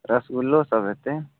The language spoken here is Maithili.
रसगुल्लो सभ हेतै